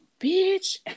Bitch